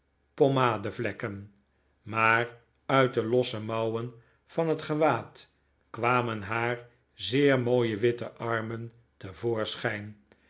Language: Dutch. pomadevlekken maar uit de losse mouwen van het gewaad kwamen haar zeer mooie witte armen